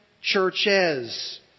churches